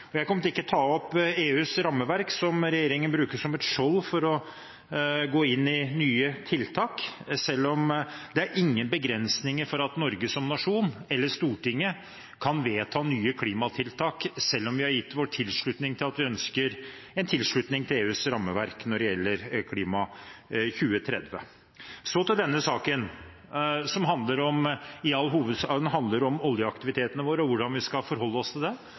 Jeg kommer ikke til å ta opp EUs rammeverk, som regjeringen bruker som et skjold mot å gå inn i nye tiltak, selv om det ikke er noen begrensninger for at Norge som nasjon eller Stortinget kan vedta nye klimatiltak selv om vi ønsker å gi vår tilslutning til EUs rammeverk når det gjelder klima 2030. Så til denne saken, som i all hovedsak handler om oljeaktivitetene våre og hvordan vi skal forholde oss til